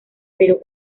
pero